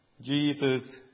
Jesus